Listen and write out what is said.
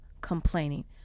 complaining